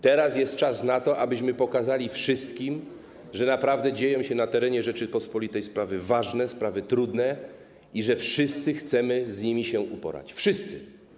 Teraz jest czas na to, abyśmy pokazali wszystkim, że naprawdę dzieją się na terenie Rzeczypospolitej sprawy ważne, sprawy trudne i że wszyscy chcemy się z nimi uporać, wszyscy.